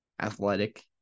athletic